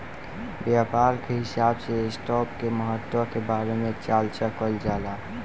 व्यापार के हिसाब से स्टॉप के महत्व के बारे में चार्चा कईल जाला